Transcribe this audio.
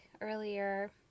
earlier